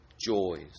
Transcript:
joys